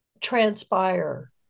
transpire